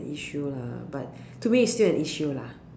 the issue lah but to me it's still an issue lah